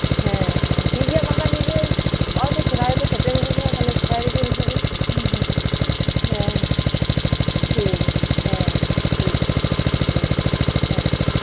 ᱦᱮᱸ ᱦᱮᱸ ᱴᱷᱤᱠᱜᱮᱭᱟ ᱵᱟᱝᱠᱷᱟᱡ ᱢᱤᱫᱫᱤᱱᱚᱜ ᱱᱚᱜᱚᱭ ᱛᱚ ᱥᱚᱦᱚᱨᱟᱭ ᱛᱚ ᱥᱮᱴᱮᱨ ᱦᱤᱡᱩᱜ ᱠᱟᱱᱟ ᱛᱟᱦᱚᱞᱮ ᱥᱚᱦᱚᱨᱟᱭ ᱨᱮᱜᱤ ᱦᱤᱡᱩᱜ ᱢᱮ ᱦᱮᱸ ᱴᱷᱤᱠᱜᱮᱭᱟ ᱦᱮᱸ ᱦᱮᱸ ᱴᱷᱤᱠᱜᱮᱭᱟ ᱦᱮᱸ ᱦᱮᱸ